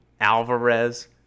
Alvarez